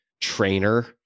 trainer